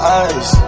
eyes